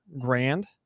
grand